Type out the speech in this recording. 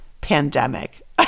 pandemic